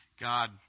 God